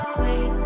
wait